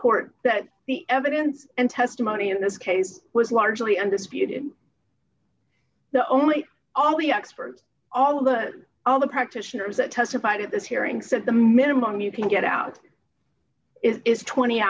court that the evidence and testimony in this case was largely undisputed the only all the experts all of the all the practitioners that testified at this hearing said the minimum you can get out is twenty